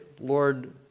Lord